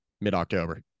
mid-October